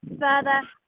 further